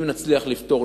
אם נצליח לפתור,